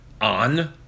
on